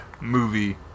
movie